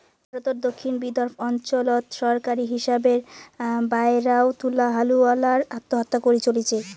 ভারতর দক্ষিণ বিদর্ভ অঞ্চলত সরকারী হিসাবের বায়রাও তুলা হালুয়ালার আত্মহত্যা করি চলিচে